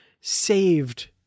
saved